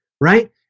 right